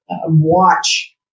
Watch